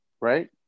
right